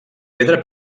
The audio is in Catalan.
pedra